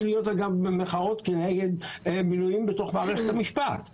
להיות גם מחאות כנגד מינויים בתוך מערכת המשפט.